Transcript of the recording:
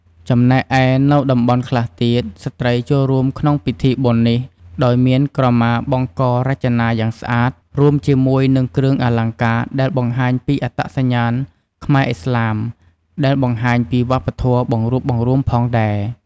ចំណែកឯនៅតំបន់ខ្លះទៀត ស្ត្រីចូលរួមក្នុងពិធីបុណ្យនេះដោយ មានក្រម៉ាបង់ករចនាយ៉ាងស្អាត រួមជាមួយនឹងគ្រឿងអលង្ការដែលបង្ហាញពីអត្តសញ្ញាណខ្មែរឥស្លាម ដែលបង្ហាញពីវប្បធម៌បង្រួបបង្រួមផងដែរ។។